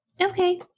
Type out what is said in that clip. Okay